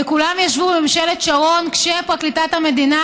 וכולם ישבו בממשלת שרון כשפרקליטת המדינה